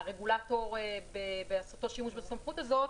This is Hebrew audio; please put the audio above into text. שהרגולטור בעשותו שימוש בסמכות הזאת